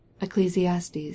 Ecclesiastes